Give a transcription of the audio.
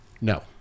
No